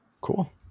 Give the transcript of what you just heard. Cool